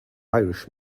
irish